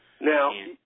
Now